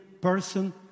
person